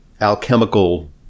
alchemical